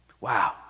Wow